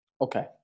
okay